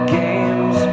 games